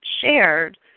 shared